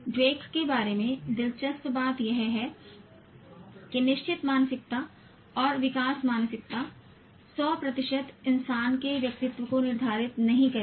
Dweck के बारे में दिलचस्प बात यह है कि निश्चित मानसिकता और विकास मानसिकता 100 इंसान के व्यक्तित्व को निर्धारित नहीं करेगी